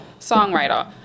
songwriter